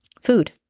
food